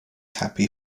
happy